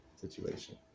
situation